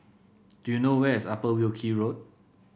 do you know where is Upper Wilkie Road